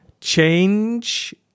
change